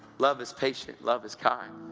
love is patient, love is kind.